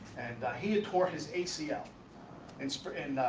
and he had tore his acl and spread